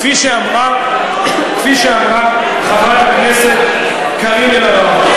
כפי שאמרה חברת הכנסת קארין אלהרר.